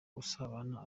usabana